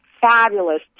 fabulous